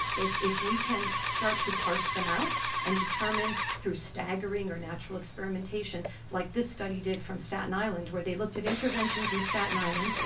if if we can start to parse them out and determine through staggering or natural experimentation, like this study did from staten island where they looked at interventions in staten island,